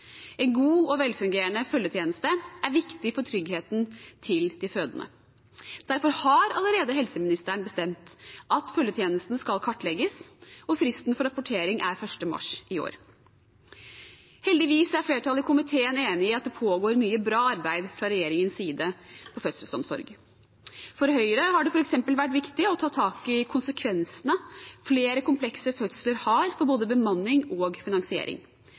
En god og velfungerende følgetjeneste er viktig for tryggheten til de fødende. Derfor har helseministeren allerede bestemt at følgetjenesten skal kartlegges, og fristen for rapportering er 1. mars i år. Heldigvis er flertallet i komiteen enig i at det pågår mye bra arbeid fra regjeringens side på fødselsomsorg. For Høyre har det f.eks. vært viktig å ta tak i konsekvensene flere komplekse fødsler har for både bemanning og